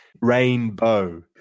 Rainbow